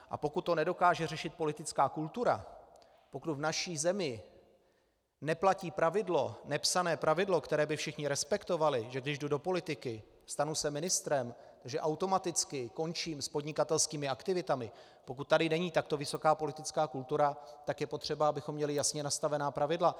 A pokud to nedokáže řešit politická kultura, pokud v naší zemi neplatí nepsané pravidlo, které by všichni respektovali, že když jdu do politiky, stanu se ministrem, automaticky končím s podnikatelskými aktivitami, pokud tady není takto vysoká politická kultura, tak je potřeba, abychom měli jasně nastavená pravidla.